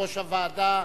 יושב-ראש הוועדה.